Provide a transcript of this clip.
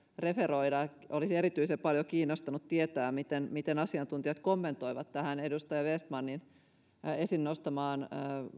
referoida olisi erityisen paljon kiinnostanut tietää miten miten asiantuntijat kommentoivat tähän edustaja vestmanin esiin nostamaan